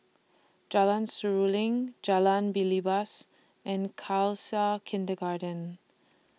Jalan Seruling Jalan Belibas and Khalsa Kindergarten